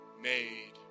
made